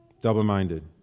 Double-minded